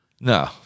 no